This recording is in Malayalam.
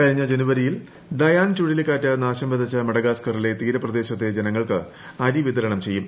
കഴിഞ്ഞ ജനുവരിയിൽ ഡയാൻ ചുഴലിക്കാറ്റ് നാശം വിതച്ച മഡഗാസ്കറിലെ തീരപ്രദേശത്തെ ജനങ്ങൾക്ക് അരി വിതരണം ചെയ്യും